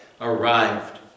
arrived